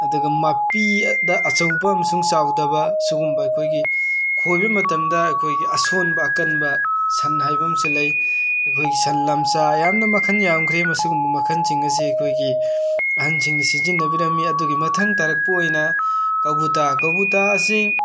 ꯑꯗꯨꯒ ꯃꯞꯄꯤꯗ ꯑꯆꯧꯕ ꯑꯃꯁꯨꯡ ꯆꯥꯎꯗꯕ ꯁꯨꯒꯨꯝꯕ ꯑꯈꯣꯏꯒꯤ ꯈꯣꯏꯕ ꯃꯇꯝꯗ ꯑꯈꯣꯏꯒꯤ ꯑꯁꯣꯟꯕ ꯑꯀꯟꯕ ꯁꯟ ꯍꯥꯏꯕ ꯑꯝꯁꯨ ꯂꯩ ꯑꯩꯈꯣꯏꯒꯤ ꯁꯟ ꯂꯝꯆ ꯌꯥꯝꯅ ꯃꯈꯟ ꯌꯥꯝꯈ꯭ꯔꯦ ꯃꯁꯤꯒꯨꯝꯕ ꯃꯈꯟꯁꯤꯡ ꯑꯁꯤ ꯑꯈꯣꯏꯒꯤ ꯑꯍꯟꯁꯤꯡꯅ ꯁꯤꯖꯤꯟꯅꯕꯤꯔꯝꯃꯤ ꯑꯗꯨꯒꯤ ꯃꯊꯪ ꯇꯥꯔꯛꯄ ꯑꯣꯏꯅ ꯀꯧꯕꯨꯇꯥ ꯀꯧꯕꯨꯇꯥ ꯑꯁꯤ